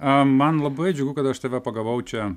man labai džiugu kad aš tave pagavau čia